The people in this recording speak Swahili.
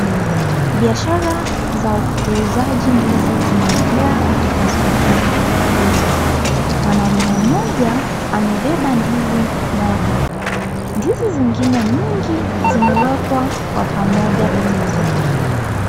Biashara za uuzaji ndizi zinaendelea katika soko hili. Mwanaume mmoja amebeba ndizi moja. Ndizi zingine mingi zimewekwa kwa pamoja katika soko hili.